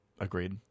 Agreed